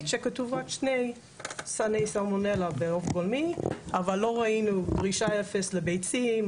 שכתוב רק שני זני סלמונלה בעוף גולמי אבל לא ראינו דרישה אפס לביצים,